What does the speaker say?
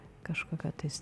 kažkokio tais